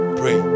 pray